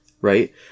right